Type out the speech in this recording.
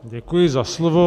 Děkuji za slovo.